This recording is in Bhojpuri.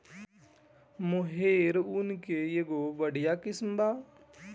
मोहेर ऊन के एगो बढ़िया किस्म बा